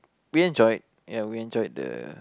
we enjoyed ya we enjoyed the